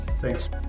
Thanks